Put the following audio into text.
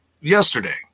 Yesterday